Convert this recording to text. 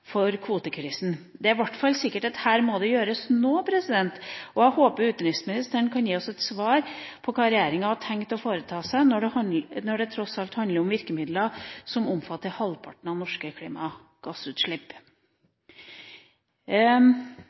kvotekrisen. Det er i hvert fall sikkert at her må det gjøres noe, og jeg håper utenriksministeren kan gi oss et svar på hva regjeringa har tenkt å foreta seg, når det tross alt handler om virkemidler som omfatter halvparten av norske klimagassutslipp.